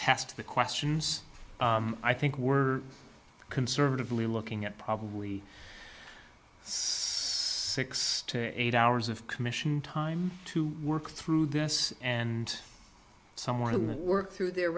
test the questions i think we're conservatively looking at probably it's six to eight hours of commission time to work through this and some want to work through their